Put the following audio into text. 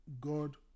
God